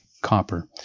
Copper